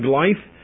life